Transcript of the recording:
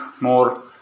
more